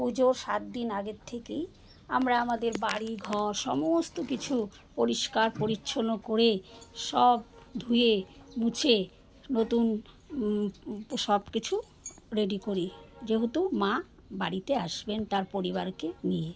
পুজো সাত দিন আগের থেকেই আমরা আমাদের বাড়ি ঘর সমস্ত কিছু পরিষ্কার পরিচ্ছন্ন করে সব ধুয়ে মুছে নতুন সব কিছু রেডি করি যেহেতু মা বাড়িতে আসবেন তার পরিবারকে নিয়ে